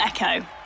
Echo